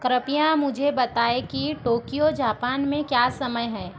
कृपया मुझे बताएं कि टोक्यो जापान में क्या समय है